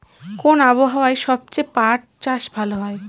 কোন আবহাওয়ায় সবচেয়ে পাট চাষ ভালো হয়?